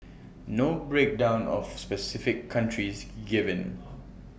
no breakdown of specific countries given